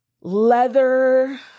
leather